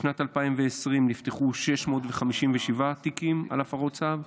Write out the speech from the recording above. בשנת 2020 נפתחו 657 תיקים על הפרות צו.